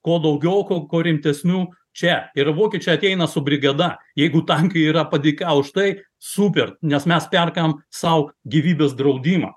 kuo daugiau kuo rimtesnių čia ir vokiečiai ateina su brigada jeigu tankai yra padėka už tai super nes mes perkam sau gyvybės draudimą